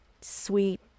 sweet